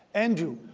andrew,